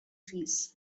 trees